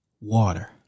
water